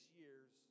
years